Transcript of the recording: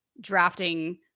drafting